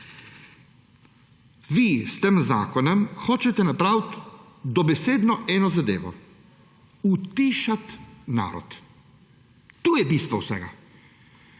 Vi s tem zakonom hočete narediti dobesedno eno zadevo: utišati narod. To je bistvo vsega!